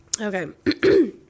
Okay